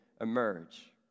emerge